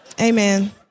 amen